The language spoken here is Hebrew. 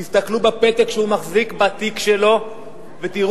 תסתכלו בפתק שהוא מחזיק בתיק שלו ותראו